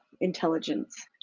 intelligence